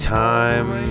time